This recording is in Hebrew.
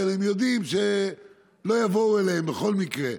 כי הם יודעים שלא יבואו אליהם בכל מקרה.